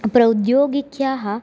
प्रौद्योगिख्याः